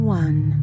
one